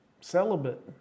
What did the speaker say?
Celibate